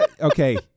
Okay